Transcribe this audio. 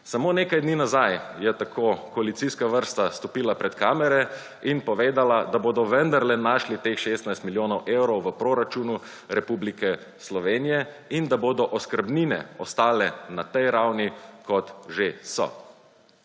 Samo nekaj dni nazaj je tako koalicijska vrsta stopila pred kamere in povedala, da bodo vendarle našli teh 16 milijonov evrov v proračunu Republike Slovenije in da bodo oskrbnine ostale na tej ravni kot že so,